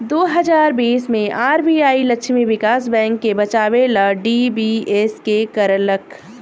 दू हज़ार बीस मे आर.बी.आई लक्ष्मी विकास बैंक के बचावे ला डी.बी.एस.के करलख